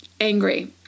angry